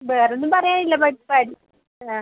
വേറെ ഒന്നും പറയാനില്ല ആ